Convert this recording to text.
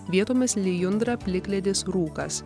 vietomis lijundra plikledis rūkas